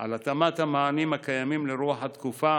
על התאמת המענים הקיימים לרוח התקופה